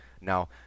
Now